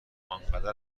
انقدر